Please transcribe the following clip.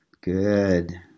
Good